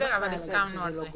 אבל הסכמנו על זה.